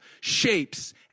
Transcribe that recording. shapes